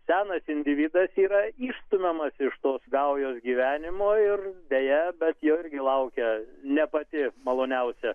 senas individas yra išstumiamas iš tos gaujos gyvenimo ir deja bet jo irgi laukia ne pati maloniausia